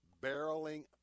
barreling